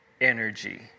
energy